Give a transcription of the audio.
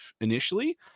initially